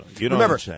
Remember